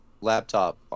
laptop